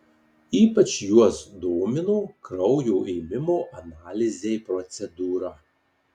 ypač juos domino kraujo ėmimo analizei procedūra